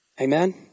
Amen